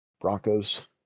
Broncos